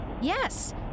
Yes